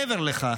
מעבר לכך,